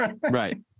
Right